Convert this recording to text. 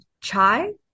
chai